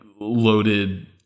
loaded